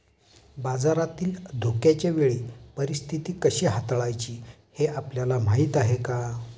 बाजारातील धोक्याच्या वेळी परीस्थिती कशी हाताळायची हे आपल्याला माहीत आहे का?